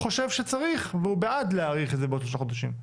חושב שצריך והוא בעד להאריך את זה בעוד שלושה חודשים.